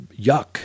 yuck